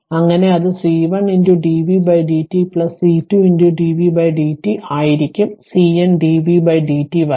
അങ്ങനെ അത് C1 dvdt C2 dvdt ആയിരിക്കും CN dvdt വരെ